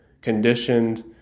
conditioned